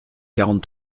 quarante